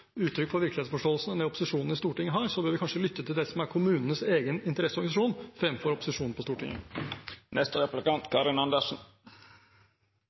uttrykk for virkelighetsforståelsen enn det opposisjonen i Stortinget har, bør vi kanskje lytte til det som er kommunenes egen interesseorganisasjon, fremfor til opposisjonen på Stortinget.